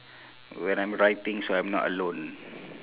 when I'm writing so I'm not alone